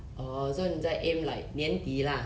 orh so 你在 aim like 年底 lah